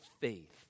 faith